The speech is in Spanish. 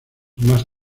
más